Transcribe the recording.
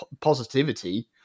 positivity